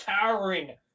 towering